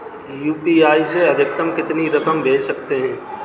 UPI से अधिकतम कितनी रकम भेज सकते हैं?